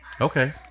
Okay